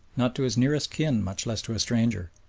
not to his nearest kin, much less to a stranger.